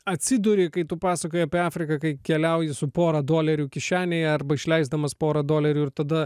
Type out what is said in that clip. atsiduri kai tu pasakojai apie afriką kai keliauji su pora dolerių kišenėje arba išleisdamas porą dolerių ir tada